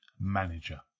Manager